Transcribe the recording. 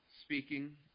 speaking